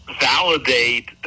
validate